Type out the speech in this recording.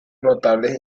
notables